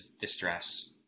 distress